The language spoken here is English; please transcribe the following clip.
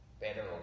better